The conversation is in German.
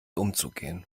umzugehen